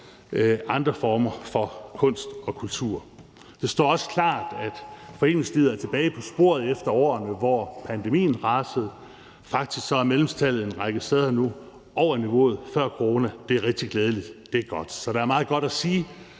andre former for kunst og kultur. Det står også klart, at foreningslivet er tilbage på sporet efter årene, hvor pandemien rasede. Faktisk er medlemstallet en række steder nu over niveauet før corona. Det er rigtig glædeligt, og det er godt. Så der er meget godt at sige